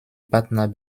partner